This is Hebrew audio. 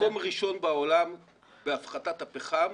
מקום ראשון בעולם בהפחתת הפחם,